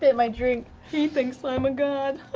ah um i mean he thinks i'm a god.